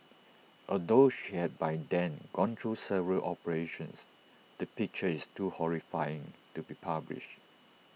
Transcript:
although she had by then gone through several operations the picture is too horrifying to be published